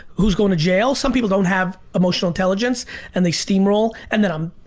who's going to jail, some people don't have emotional intelligence and they steamroll, and then i'm,